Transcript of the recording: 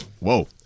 Whoa